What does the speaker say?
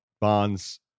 Bonds